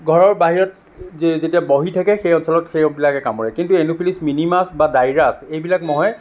ঘৰৰ বাহিৰত যেতিয়া বহি থাকে সেই অঞ্চলত সেইবিলাকে কামোৰে কিন্তু এন'ফিলিছ মিনিমাছ বা ডাইৰাছ এইবিলাক মহে